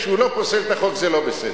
כשהוא לא פוסל את החוק, זה לא בסדר.